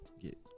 get